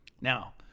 Now